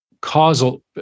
causal